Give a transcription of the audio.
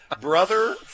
brother